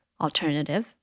alternative